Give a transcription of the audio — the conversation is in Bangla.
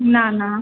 না না